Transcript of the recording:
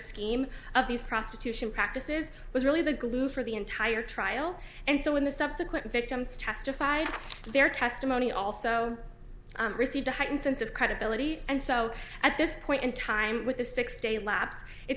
scheme of these prostitution practices was really the glue for the entire trial and so in the subsequent victims testified their testimony also received a heightened sense of credibility and so at this point in time with the six day lapse it's